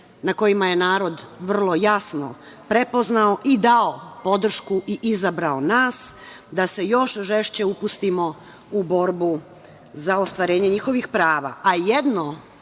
na kojima je narod vrlo jasno prepoznao i dao podršku i izabrao nas da se još žešće upustimo u borbu za ostvarenje njihovih prava,